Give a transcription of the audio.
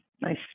Nice